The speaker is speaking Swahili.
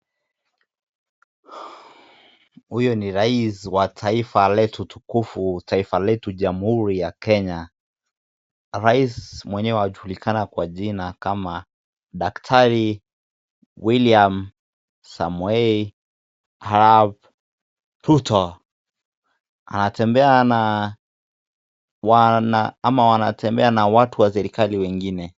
Huyo ni rais wa taifa letu utukufu, taifa letu jamhuri ya kenya, rais mwenyewe anajulikana Daktari William Samoei Arap Ruto. Anatembea na ama wanatembea na watu wa serekali wengine.